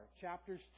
Chapters